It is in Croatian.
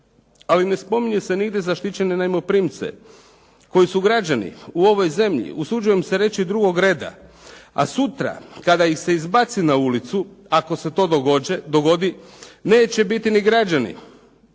ali ne spominje se nigdje zaštićene najmoprimce koji su građani u ovoj zemlji, usuđujem se reći drugog reda, a sutra kada ih se izbaci na ulicu, ako se to dogodi neće biti ni građani,